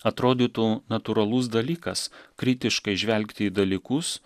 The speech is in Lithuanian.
atrodytų natūralus dalykas kritiškai žvelgti į dalykus